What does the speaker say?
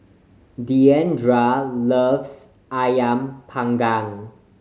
Diandra loves Ayam Panggang